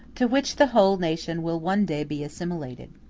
to which the whole nation will one day be assimilated.